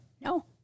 No